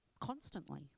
Constantly